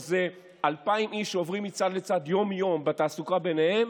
שזה 2,000 איש שעוברים מצד לצד יום-יום בתעסוקה ביניהם,